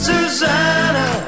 Susanna